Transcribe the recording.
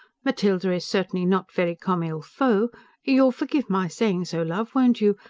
matilda is certainly not very comme il faut you'll forgive my saying so, love, won't you?